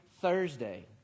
Thursday